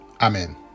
amen